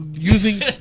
Using